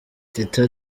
teta